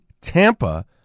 Tampa